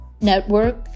network